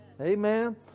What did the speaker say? amen